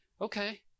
Okay